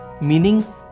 Meaning